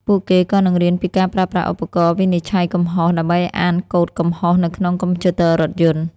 ពួកគេក៏នឹងរៀនពីការប្រើប្រាស់ឧបករណ៍វិនិច្ឆ័យកំហុស ដើម្បីអានកូដកំហុសនៅក្នុងកុំព្យូទ័ររថយន្ត។